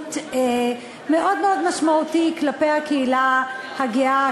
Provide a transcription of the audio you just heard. עיוות מאוד מאוד משמעותי כלפי הקהילה הגאה,